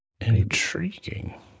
Intriguing